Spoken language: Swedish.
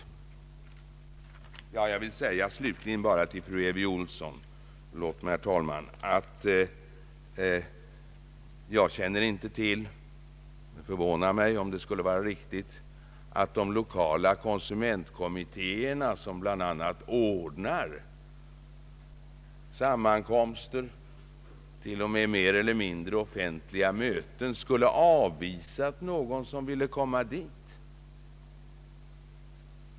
Förlåt mig, herr talman, men jag vill slutligen säga till fru Elvy Olsson att jag inte känner till — och det förvånar mig om det skulle vara riktigt — att de lokala konsumentkommittéerna, som bl.a. ordnar sammankomster och t.o.m. mer eller mindre offentliga möten, skulle ha avvisat någon som ville komma dit.